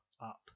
up